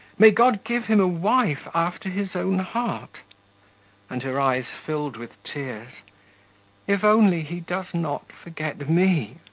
may god give him a wife after his own heart' and her eyes filled with tears if only he does not forget me,